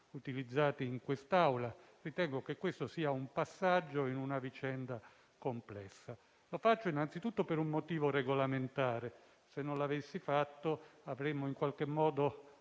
utilizzati in quest'Aula e ritengo che questo sia un passaggio in una vicenda complessa. Ma ho deciso di chiedere la parola innanzitutto per un motivo regolamentare: se non l'avessi fatto, avremmo in qualche modo